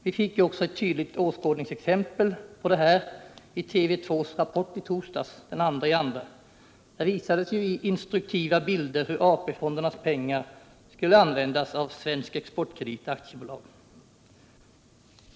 Vi fick ett tydligt åskådningsexempel på detta i TV 2:s Rapport i torsdags, den 2 februari. Där visades ju i instruktiva bilder hur AP-fondernas pengar skulle användas av AB Svensk Exportkredit.